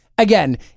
Again